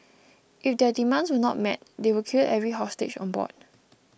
if their demands were not met they would kill every hostage on board